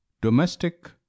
Domestic